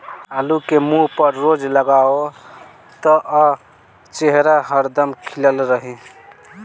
आलू के मुंह पर रोज लगावअ त चेहरा हरदम खिलल रही